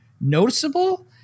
noticeable